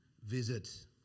visit